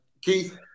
Keith